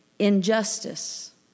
injustice